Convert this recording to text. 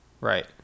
Right